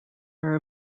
are